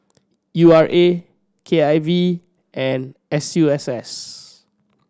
U R A K I V and S U S S